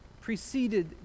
preceded